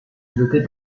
piloté